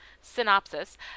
synopsis